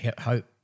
hope